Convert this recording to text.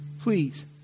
please